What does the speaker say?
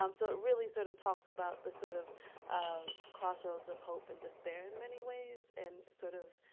um so it really sort of talks about the sort of ah crossroads of hope and despair in many ways, and sort of,